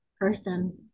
person